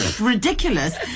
ridiculous